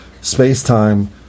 space-time